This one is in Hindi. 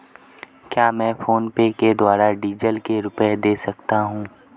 क्या मैं फोनपे के द्वारा डीज़ल के रुपए दे सकता हूं?